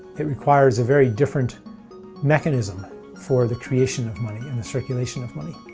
it requires a very different mechanism for the creation of money and the circulation of money.